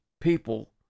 people